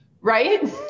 right